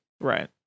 Right